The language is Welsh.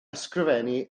ysgrifennu